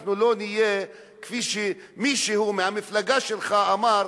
אנחנו לא נהיה כפי שמישהו מהמפלגה שלך אמר,